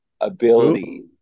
ability